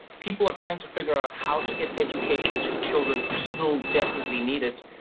people are trying to figure out how to get education to children who still definitely need it.